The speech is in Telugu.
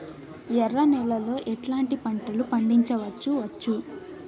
ఎర్ర నేలలో ఎట్లాంటి పంట లు పండించవచ్చు వచ్చు?